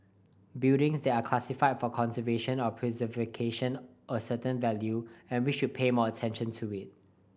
buildings that are classified for conservation or preservation a certain value and we should pay more attention to it